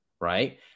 Right